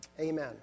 amen